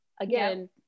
again